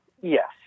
Yes